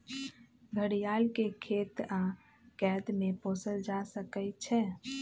घरियार के खेत आऽ कैद में पोसल जा सकइ छइ